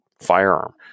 firearm